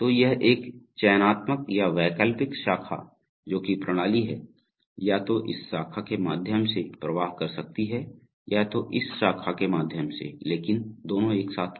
तो यह एक चयनात्मक या वैकल्पिक शाखा जो कि प्रणाली है या तो इस शाखा के माध्यम से प्रवाह कर सकती है या तो इस शाखा के माध्यम से लेकिन दोनों एक साथ नहीं